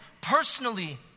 personally